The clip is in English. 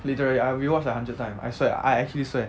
literally I re-watch like hundred time I swear I actually swear